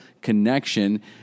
connection